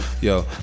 Yo